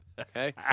Okay